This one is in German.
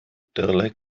derlei